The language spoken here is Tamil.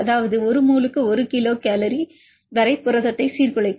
அதாவது இது ஒரு மோலுக்கு ஒரு டி கிலோ கலோரி 1moleT Kcalவரை புரதத்தை சீர்குலைக்கிறது